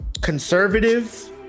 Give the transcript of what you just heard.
conservative